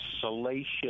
salacious